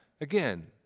again